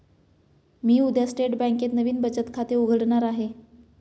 मी उद्या स्टेट बँकेत नवीन बचत खाते उघडणार आहे